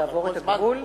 לעבור את הגבול?